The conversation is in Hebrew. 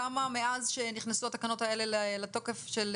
כמה מאז שנכנסו התקנות האלה לתוקף?